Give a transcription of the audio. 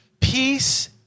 Peace